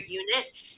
units